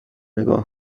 نگاه